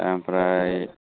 ओमफ्राय